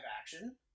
action